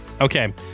Okay